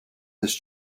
this